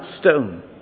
stone